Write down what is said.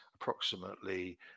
approximately